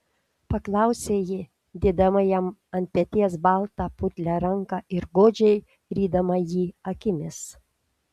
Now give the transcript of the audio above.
paklausė ji dėdama jam ant peties baltą putlią ranką ir godžiai rydama jį akimis